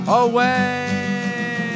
away